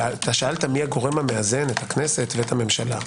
שאלת מי הגורם המאזן את הכנסת ואת הממשלה.